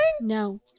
no